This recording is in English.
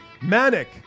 Manic